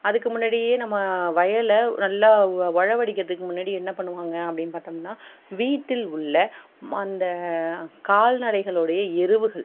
அதுக்கு முன்னாடியே நம்ம வயலை நல்லா உழவடிக்கிறதுக்கு முன்னாடி என்ன பண்ணுவாங்க அப்டின்னு பார்த்தோம்னா வீட்டில் உள்ள அந்த கால்நடைகளுடைய எருவுகள்